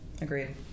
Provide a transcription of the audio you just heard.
Agreed